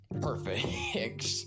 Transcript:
perfect